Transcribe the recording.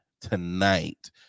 tonight